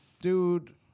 dude